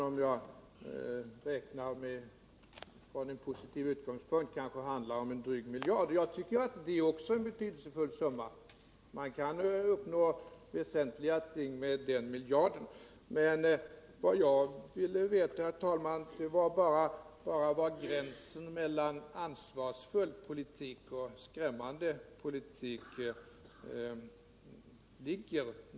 Om jag räknar från en positiv utgångspunkt kan det kanske handla om en dryg miljard enligt ert förslag. Jag tycker att det också är en mycket betydelsefull summa. Man kan uppnå väsentliga ting med den miljarden. Men vad jag ville veta, herr talman, var bara var gränsen mellan ansvarsfull politik och skrämmande politik ligger.